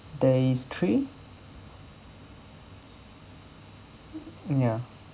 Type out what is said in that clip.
there is three mm ya